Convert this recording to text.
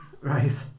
Right